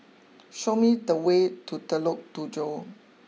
show me the way to Tujoh